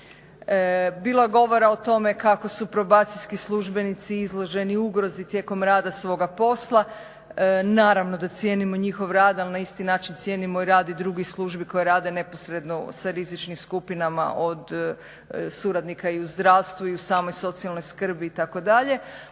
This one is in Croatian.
Bilo je govora o tome kako su probacijski službenici izloženi ugrozi tijekom rada svoga posla, naravno da cijenimo njihov rad ali na isti način cijenimo i rad i drugih službi koje rade neposredno sa rizičnim skupinama od suradnika u zdravstvu i u samoj socijalnoj skrbi itd.